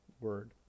word